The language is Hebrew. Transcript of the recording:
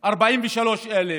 43,000,